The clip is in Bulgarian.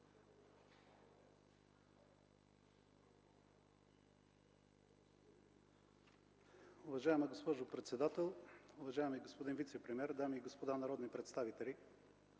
Уважаема госпожо председател, уважаеми господин министър, дами и господа народни представители!